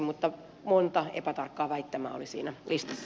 mutta monta epätarkkaa väittämää oli siinä listassa